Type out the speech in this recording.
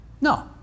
No